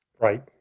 Right